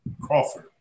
Crawford